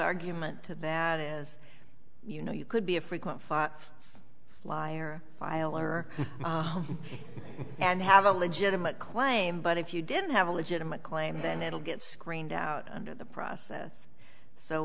argument to that is you know you could be a frequent flyer filer and have a legitimate claim but if you didn't have a legitimate claim then it'll get screened out into the process so